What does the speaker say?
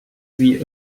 sie